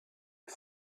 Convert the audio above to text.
est